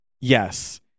Yes